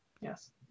Yes